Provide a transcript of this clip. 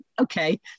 okay